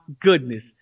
goodness